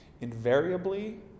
Invariably